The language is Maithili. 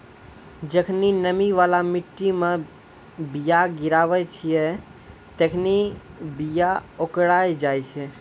जखनि नमी बाला मट्टी मे बीया गिराबै छिये तखनि बीया ओकराय जाय छै